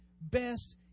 best